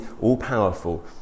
all-powerful